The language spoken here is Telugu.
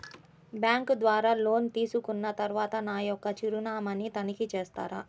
బ్యాంకు ద్వారా లోన్ తీసుకున్న తరువాత నా యొక్క చిరునామాని తనిఖీ చేస్తారా?